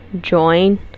join